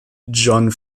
john